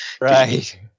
Right